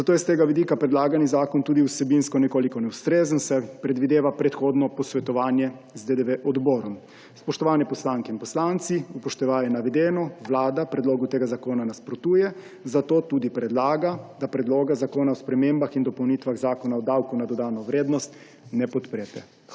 zato je s tega vidika predlagani zakon tudi vsebinsko nekoliko neustrezen, saj predvideva predhodno posvetovanje z odborom DDV. Spoštovani poslanke in poslanci, upoštevaje navedeno Vlada predlogu tega zakona nasprotuje, zato tudi predlaga, da Predloga zakona o spremembi Zakona o davku na dodano vrednost ne podprete.